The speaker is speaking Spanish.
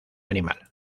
animal